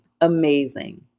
amazing